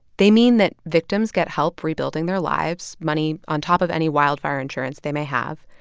they mean that victims get help rebuilding their lives money on top of any wildfire insurance they may have.